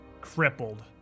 crippled